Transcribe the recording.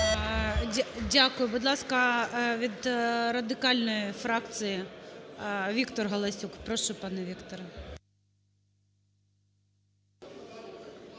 Дякую. Будь ласка, від радикальної фракції Віктор Галасюк. Прошу, пане Вікторе.